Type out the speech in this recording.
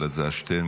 אלעזר שטרן,